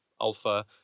alpha